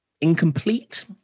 Incomplete